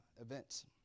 events